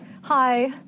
Hi